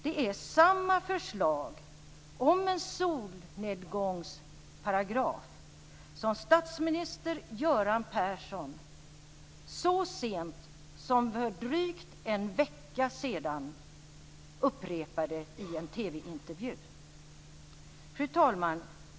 Detta är samma förslag om en solnedgångsparagraf som statsminister Göran Persson så sent som för en drygt vecka sedan upprepade i en TV-intervju. Fru talman!